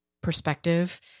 perspective